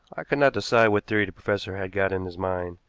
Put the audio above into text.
i could not decide what theory the professor had got in his mind,